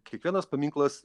kiekvienas paminklas